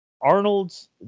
Arnold's